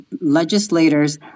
legislators